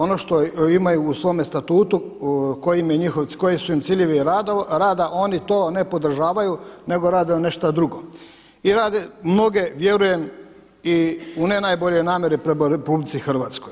Ono što imaju u svome statutu koji su im ciljevi rada oni to ne podržavaju nego rade nešta druge i rade mnoge vjerujem i u ne najboljoj namjeri prema RH.